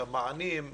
את המענים,